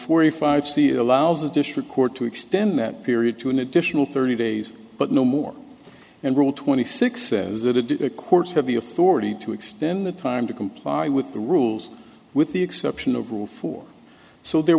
forty five c it allows a district court to extend that period to an additional thirty days but no more and rule twenty six says the courts have the authority to extend the time to comply with the rules with the exception of rule four so there